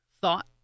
thought